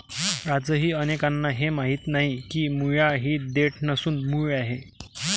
आजही अनेकांना हे माहीत नाही की मुळा ही देठ नसून मूळ आहे